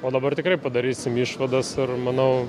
o dabar tikrai padarysim išvadas ir manau